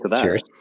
cheers